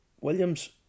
williams